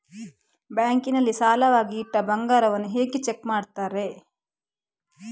Bank ನಲ್ಲಿ ಸಾಲವಾಗಿ ಇಟ್ಟ ಬಂಗಾರವನ್ನು ಹೇಗೆ ಚೆಕ್ ಮಾಡುತ್ತಾರೆ?